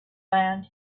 land